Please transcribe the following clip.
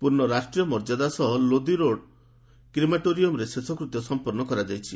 ପୂର୍ଣ୍ଣ ରାଷ୍ଟ୍ରୀୟ ମର୍ଯ୍ୟାଦା ସହ ଲୋଦୀ ରୋଡ୍ କ୍ରିମାଟୋରିୟମ୍ରେ ଶେଷକୃତ୍ୟ ସଂପନ୍ନ କରାଯାଇଛି